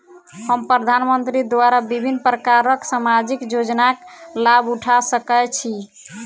हम प्रधानमंत्री द्वारा विभिन्न प्रकारक सामाजिक योजनाक लाभ उठा सकै छी?